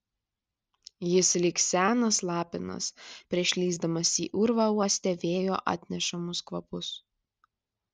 jis lyg senas lapinas prieš lįsdamas į urvą uostė vėjo atnešamus kvapus